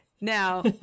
Now